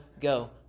go